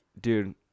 dude